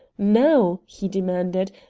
now, he demanded,